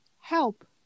help